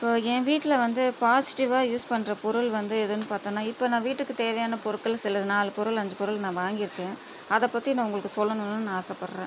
இப்போது என் வீட்டில் வந்து பாசிட்டிவ்வாக யூஸ் பண்ணுற பொருள் வந்து எதுன்னு பார்த்தோன்னா இப்போ நான் வீட்டுக்கு தேவையான பொருட்கள் சில நாலு பொருள் அஞ்சு பொருள் நான் வாங்கி இருக்கேன் அதை பற்றி நான் உங்களுக்கு சொல்லணும்னு ஆசைப்படுறேன்